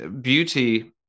beauty